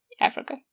Africa